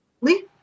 Lee